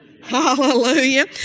Hallelujah